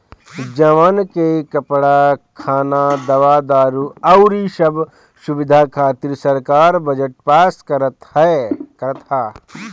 जवान के कपड़ा, खाना, दवा दारु अउरी सब सुबिधा खातिर सरकार बजट पास करत ह